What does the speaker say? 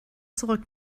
zurück